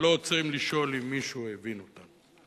ולא עוצרים לשאול אם מישהו הבין אותנו.